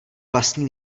vlastní